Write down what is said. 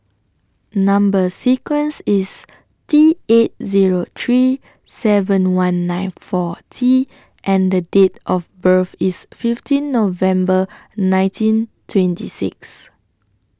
Number sequence IS T eight Zero three seven one nine four T and Date of birth IS fifteen November nineteen twenty six